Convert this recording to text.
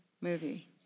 movie